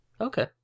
Okay